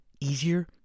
easier